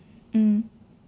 mm